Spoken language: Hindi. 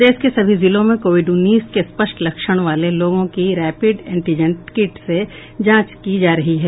प्रदेश के सभी जिलों में कोविड उन्नीस के स्पष्ट लक्षण वाले लोगों की रैपिड एंटीजन किट से जांच की जा रही है